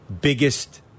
biggest